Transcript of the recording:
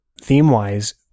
theme-wise